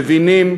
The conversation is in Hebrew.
מבינים,